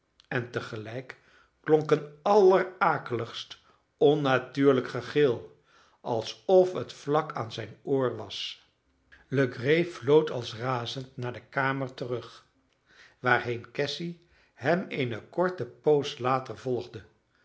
en tegelijk klonk een allerakeligst onnatuurlijk gegil alsof het vlak aan zijn oor was legree vlood als razend naar de kamer terug waarheen cassy hem eene korte poos later volgde